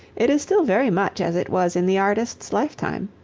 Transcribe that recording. it is still very much as it was in the artist's lifetime.